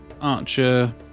archer